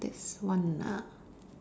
this one ah